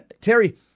Terry